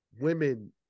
women